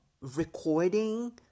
recording